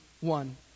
one